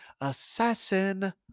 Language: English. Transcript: assassin